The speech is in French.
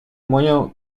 moyens